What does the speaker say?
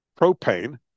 propane